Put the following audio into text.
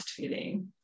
breastfeeding